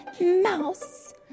Mouse